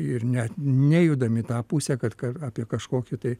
ir net nejudam į tą pusę kad apie kažkokį tai